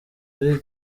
ari